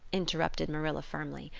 interrupted marilla firmly,